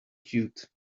cute